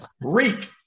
Reek